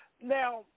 Now